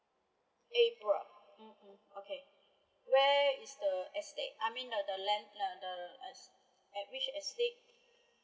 april ah mm mm okay where is the estate I mean uh the land uh the estate at which estate